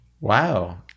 Wow